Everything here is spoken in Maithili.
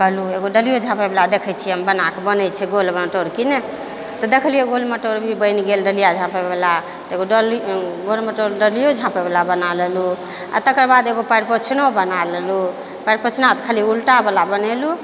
कहलू एगो डलियो झाँपैवला देखै छियै हम बना कऽ बनै छै गोल मटोल कि नहि तऽ देखलियै गोल मटोल भी बनि गेल डलिया झाँपैबला तऽ एगो डलि गोल मटोल डलियो झाँपैवला बना लेलहुँ आ तकर बाद एगो पएर पोछनो बना लेलहुँ पएर पोछना तऽ खाली उल्टावला बनेलहुँ